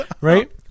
Right